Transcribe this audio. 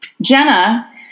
Jenna